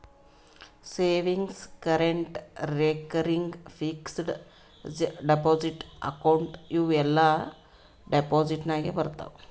savings, current, recurring, fixed deposit account ಇವೂ ಎಲ್ಲಾ deposit ನಾಗೆ ಬರ್ತಾವ್